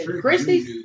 Christy